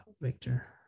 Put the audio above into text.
Victor